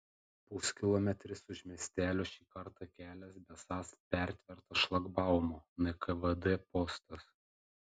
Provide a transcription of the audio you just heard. puskilometris už miestelio šį kartą kelias besąs pertvertas šlagbaumu nkvd postas